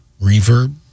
reverb